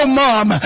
mom